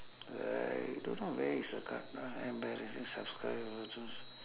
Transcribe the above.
uh I don't know where is the card uh embarrassing